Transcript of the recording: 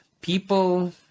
people